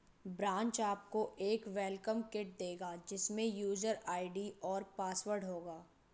branch आपको एक welcome kit देगा जिसमे यूजर आई.डी और पासवर्ड होगा